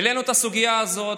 העלינו את הסוגיה הזאת,